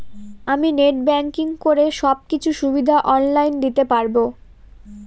আমি net banking করে সব কিছু সুবিধা অন লাইন দিতে পারবো?